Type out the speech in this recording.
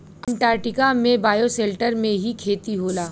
Antarctica में बायोसेल्टर में ही खेती होला